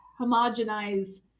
homogenize